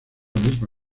misma